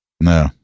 No